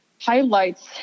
highlights